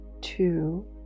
two